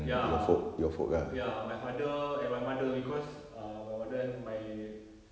ya ya my father and my mother because err my mother and my